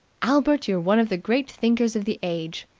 albert, you're one of the great thinkers of the age.